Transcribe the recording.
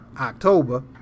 October